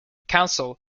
council